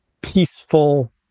peaceful